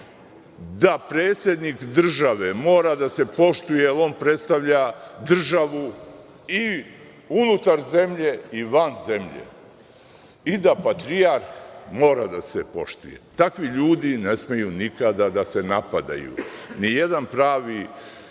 da predsednik države mora da se poštuje, jer on predstavlja državu i unutar zemlje i van zemlje i da Patrijarh mora da se poštuje. Takvi ljudi ne smeju nikada da se napadaju. Nijedan pravni